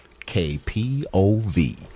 KPOV